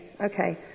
Okay